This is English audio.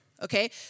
Okay